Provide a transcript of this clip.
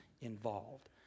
involved